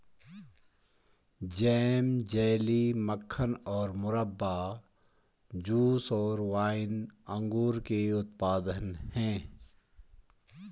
jam, jelly, मक्खन और मुरब्बा, जूस और वाइन अंगूर के उत्पाद हैं